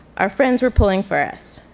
our friends were pulling for us.